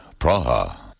Praha